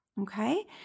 Okay